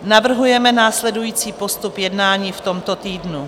Navrhujeme následující postup jednání v tomto týdnu.